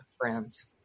friends